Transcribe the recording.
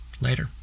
Later